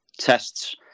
tests